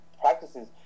practices